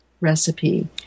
recipe